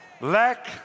Lack